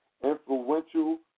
influential